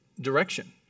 direction